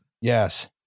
Yes